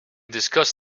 discuss